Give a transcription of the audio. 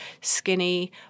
skinny